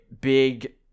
big